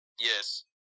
Yes